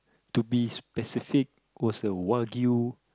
to be specific was the wagyu